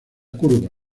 curva